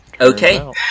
Okay